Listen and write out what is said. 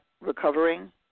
recovering